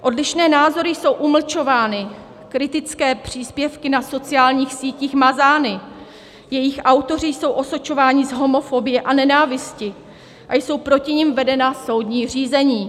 Odlišné názory jsou umlčovány, kritické příspěvky na sociálních sítích mazány, jejich autoři jsou osočováni z homofobie a nenávisti a jsou proti nim vedena soudní řízení.